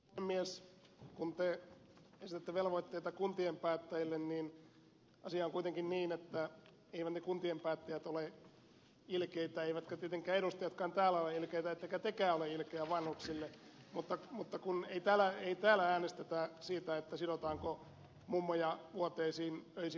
kun te esitätte velvoitteita kuntien päättäjille niin asia on kuitenkin niin että eivät ne kuntien päättäjät ole ilkeitä eivätkä tietenkään edustajatkaan täällä ole ilkeitä ettekä tekään ole ilkeä vanhuksille mutta kun ei täällä äänestetä siitä sidotaanko mummoja vuoteisiin öisin vai ei